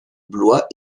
blois